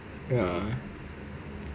ya